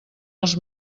els